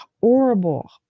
horrible